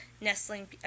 nestling